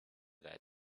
that